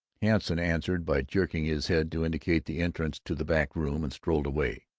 hanson answered by jerking his head to indicate the entrance to the back room, and strolled away.